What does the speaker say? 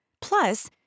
Plus